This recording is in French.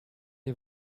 est